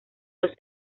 los